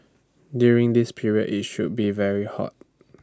during this period IT should be very hot